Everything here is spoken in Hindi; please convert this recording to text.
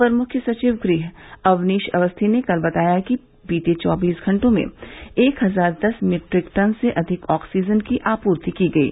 अपर मुख्य सचिव गृह अवनीश अवस्थी ने कल बताया कि बीते चौबीस घंटे में एक हजार दस मीट्रिक टन से अधिक आक्सीजन की आपूर्ति की गयी